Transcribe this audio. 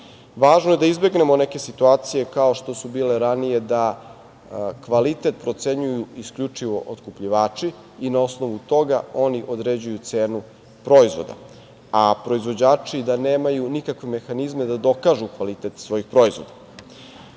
je da izbegnemo neke situacije kao što su bile ranije da kvalitet procenjuju isključivo otkupljivači i na osnovu toga oni određuju cenu proizvoda, a proizvođači da nemaju nikakve mehanizme da dokažu kvalitet svojih proizvoda. Ono